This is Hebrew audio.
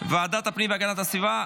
ועדת הפנים והגנת הסביבה,